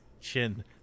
chin